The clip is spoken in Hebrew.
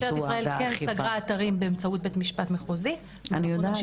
משטרת ישראל סגרה אתרים באמצעות בית משפט מחוזי -- אני יודעת.